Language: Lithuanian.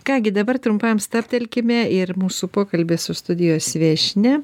ką gi dabar trumpam stabtelkime ir mūsų pokalbį su studijos viešnia